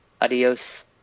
Adios